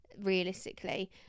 realistically